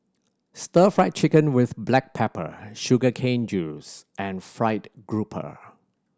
Stir Fry Chicken with black pepper sugar cane juice and fried grouper